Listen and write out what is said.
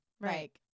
Right